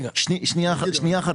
שנייה אחת.